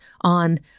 on